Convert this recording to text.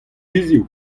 hiziv